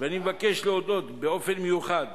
אני פונה פעם נוספת.